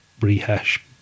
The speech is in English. rehash